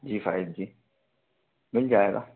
जी five G मिल जाएगा